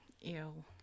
Ew